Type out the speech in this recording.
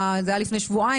זה היה לפני שבועיים,